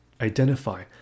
Identify